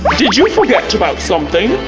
did you forget about something?